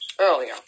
Earlier